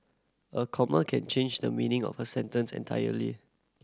a comma can change the meaning of a sentence entirely